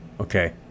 Okay